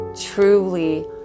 truly